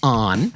on